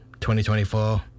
2024